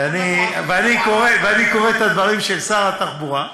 ואני קורא את הדברים של שר התחבורה,